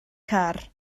car